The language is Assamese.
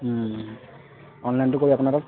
অনলাইনটো কৰি আপোনাৰ তাত